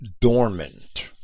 dormant